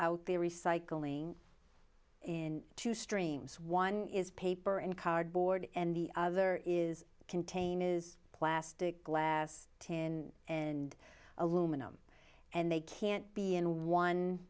out the recycling in two streams one is paper and cardboard and the other is contain is plastic glass tin and aluminum and they can't be in one